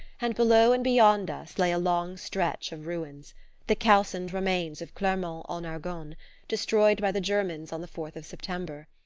and below and beyond us lay a long stretch of ruins the calcined remains of clermont-en-argonne, destroyed by the germans on the fourth of september.